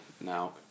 Now